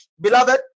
Beloved